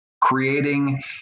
creating